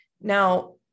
Now